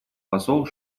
посол